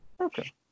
Okay